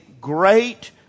great